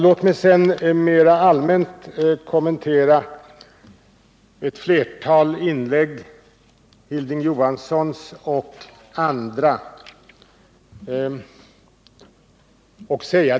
Låt mig sedan mera allmänt kommentera ett antal inlägg, bl.a. Hilding Johanssons.